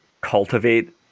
cultivate